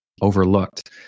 overlooked